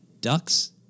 ducks